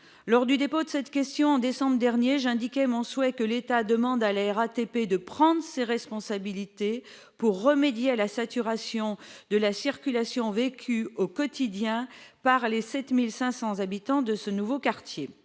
Lors du dépôt de cette question en décembre dernier, j'indiquais mon souhait que l'État demande à la RATP de prendre ses responsabilités pour remédier à la saturation de la circulation vécue au quotidien par les 7 500 habitants de ce nouveau quartier.